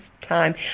time